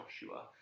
Joshua